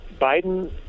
Biden